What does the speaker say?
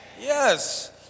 yes